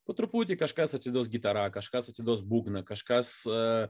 po truputį kažkas atiduos gitarą kažkas atiduos būgną kažkas